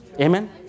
Amen